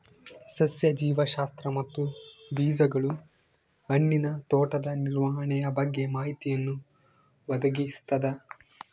ಸಸ್ಯ ಜೀವಶಾಸ್ತ್ರ ಮತ್ತು ಬೀಜಗಳು ಹಣ್ಣಿನ ತೋಟದ ನಿರ್ವಹಣೆಯ ಬಗ್ಗೆ ಮಾಹಿತಿಯನ್ನು ಒದಗಿಸ್ತದ